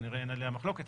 שכנראה אין עליה מחלוקת,